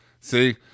see